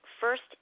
first